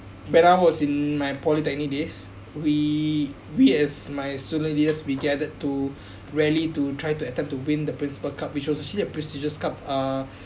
when I was in my polytechnic days we we as my student years we gathered to rally to try to attempt to win the principal cup which was actually a prestigious club uh